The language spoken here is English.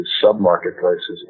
sub-marketplaces